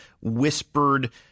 whispered